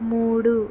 మూడు